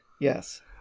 Yes